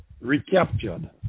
recaptured